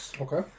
Okay